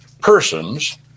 persons